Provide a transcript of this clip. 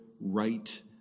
right